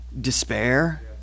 despair